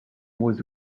was